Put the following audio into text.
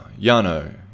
Yano